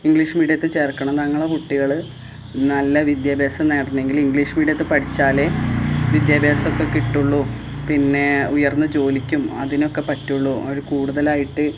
English മീഡിയത്തില് ചേർക്കണം ഞങ്ങളുടെ കുട്ടികള് നല്ല വിദ്യാഭ്യാസം നേടണമെങ്കില് ഇംഗ്ലീഷ് മീഡിയത്തില് പഠിച്ചാലേ വിദ്യാഭ്യാസമൊക്കെ കിട്ടുള്ളൂ പിന്നെ ഉയർന്ന ജോലിക്കും അതിനൊക്കെ പറ്റുള്ളൂ ഒരു കൂടുതലായിട്ട്